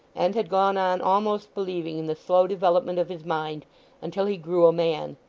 and had gone on almost believing in the slow development of his mind until he grew a man,